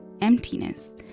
emptiness